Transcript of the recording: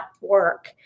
work